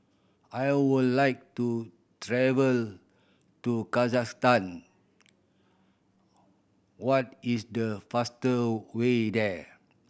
I would like to travel to Kazakhstan what is the faster way there